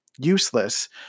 useless